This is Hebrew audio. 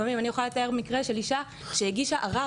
אני יכולה לתאר מקרה של אישה שהגישה ערר